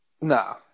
No